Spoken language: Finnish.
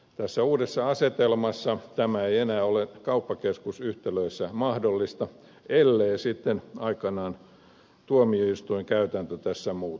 tässä uudessa asetelmassa tämä ei enää ole kauppakeskusyhtälöissä mahdollista ellei sitten aikanaan tuomioistuinkäytäntö tässä muutu